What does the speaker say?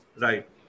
right